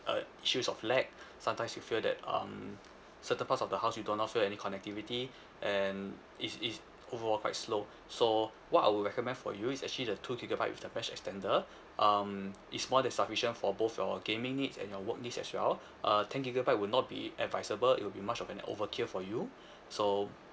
uh issues of lack sometimes you feel that um certain parts of the house you do not feel any connectivity and is is overall quite slow so what I would recommend for you is actually the two gigabyte with the mesh extender um it's more than sufficient for both your gaming need and your work need as well uh ten gigabyte would not be advisable it will be much of an overkill for you so